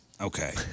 Okay